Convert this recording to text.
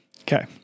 Okay